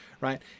Right